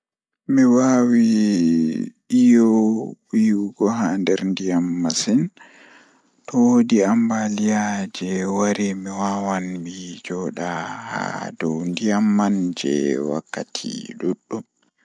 Mi waawi iyo yiwugo haa nder ndiyam masin Miɗo waawi ndiyam njangude, kono mi ndaarnooɗo ngam seedaade nder ngesa. So mi jogii goɗɗum, miɗo waawi ndaarnde mi fow. E laawol ngoo, mi waawataa safni ndi ndaarol ɗuum